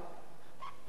לא לפני זמן רב,